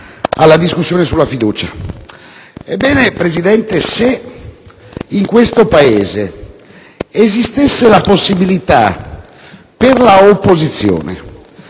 alla discussione sulla fiducia. Ebbene, se in questo Paese esistesse la possibilità, per l'opposizione,